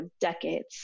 decades